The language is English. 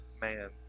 man